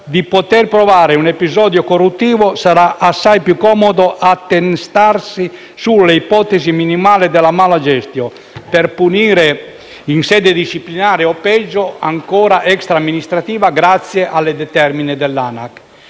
non poter provare un episodio corruttivo, sarà assai più comodo attestarsi sull'ipotesi minimale della *mala gestio*, per punire in sede disciplinare - o, peggio ancora, extra amministrativa, grazie alle determine dell'ANAC